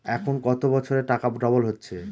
এখন কত বছরে টাকা ডবল হচ্ছে?